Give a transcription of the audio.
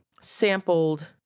sampled